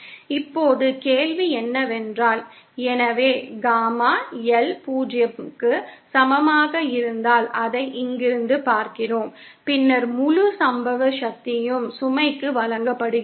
இப்போது கேள்வி என்னவென்றால் எனவே காமா L 0 க்கு சமமாக இருந்தால் அதை இங்கிருந்து பார்க்கிறோம் பின்னர் முழு சம்பவ சக்தியும் சுமைக்கு வழங்கப்படுகிறது